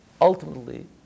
Ultimately